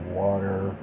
water